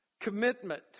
Commitment